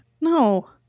No